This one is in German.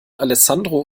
alessandro